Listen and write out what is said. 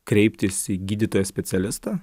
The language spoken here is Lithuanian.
kreiptis į gydytoją specialistą